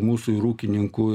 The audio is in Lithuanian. mūsų ir ūkininkų